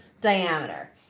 diameter